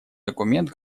документ